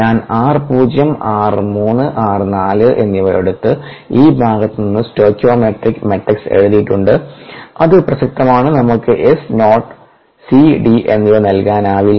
ഞാൻ r പൂജ്യം r 3 r 4 എന്നിവ എടുത്ത് ഈ ഭാഗത്ത് നിന്ന് സ്റ്റോക്കിയോമെട്രിക് മാട്രിക്സ് എഴുതിയിട്ടുണ്ട് അത് പ്രസക്തമാണ് നമ്മൾക്ക് S നോട്ട് C D എന്നിവ നൽകാനാവില്ല